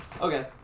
okay